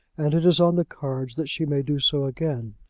and it is on the cards that she may do so again.